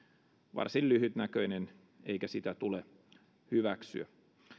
varsin lyhytnäköinen eikä sitä tule hyväksyä